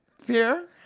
Fear